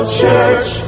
church